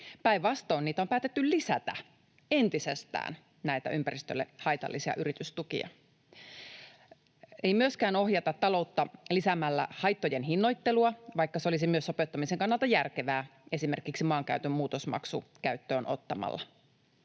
yritystukia on päätetty lisätä entisestään. Ei myöskään ohjata taloutta lisäämällä haittojen hinnoittelua, vaikka se olisi myös opettamisen kannalta järkevää, esimerkiksi maankäytön muutosmaksu käyttöön ottamalla.